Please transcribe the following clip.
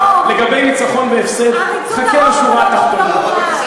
לגבי ניצחון והפסד חכה לשורה התחתונה.